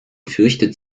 fürchtet